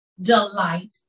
delight